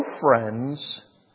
friends